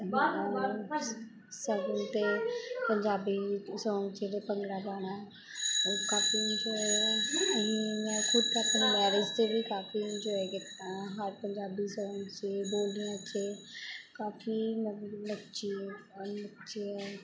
ਸ਼ਗੁਨ 'ਤੇ ਪੰਜਾਬੀ ਸੌਂਗ ਜਿਹੜੇ ਭੰਗੜਾ ਪਾਉਣਾ ਉਹ ਕਾਫੀ ਮਸ਼ਹੂਰ ਹੈ ਅਸੀਂ ਮੈਂ ਖੁਦ ਆਪਣੀ ਮੈਰਿਜ 'ਤੇ ਵੀ ਕਾਫੀ ਇੰਜੋਏ ਕੀਤਾ ਹਰ ਪੰਜਾਬੀ ਸੌਂਗ ਸੀ ਬੋਲੀਆਂ ਛੇ ਕਾਫੀ ਮਤਲਬ ਨੱਚੀ ਔਰ ਨੱਚੇ